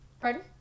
Pardon